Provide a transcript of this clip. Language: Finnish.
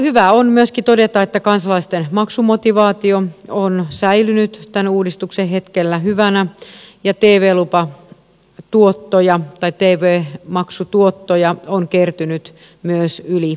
hyvä on myöskin todeta että kansalaisten maksumotivaatio on säilynyt tämän uudistuksen hetkellä hyvänä ja tv lupatuottoja tai tv maksutuottoja on kertynyt myös yli ennakoidun